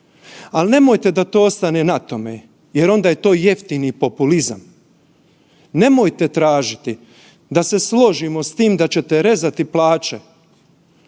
Ali nemojte da to ostane na tome jer onda je to jeftini populizam. Nemojte tražiti da se složimo s tim da ćete rezati plaće